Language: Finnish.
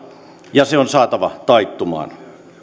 ja se on saatava taittumaan